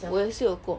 我也是有过